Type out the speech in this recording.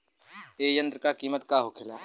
ए यंत्र का कीमत का होखेला?